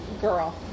Girl